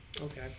Okay